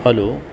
hello